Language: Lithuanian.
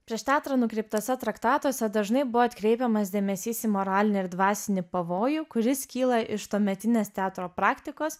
prieš teatrą nukreiptuose traktatuose dažnai buvo atkreipiamas dėmesys į moralinį ir dvasinį pavojų kuris kyla iš tuometinės teatro praktikos